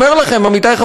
אבל כל הצעקה נגד האוצר,